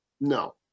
No